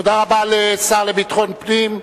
תודה רבה לשר לביטחון פנים.